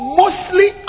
mostly